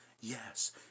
yes